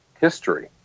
history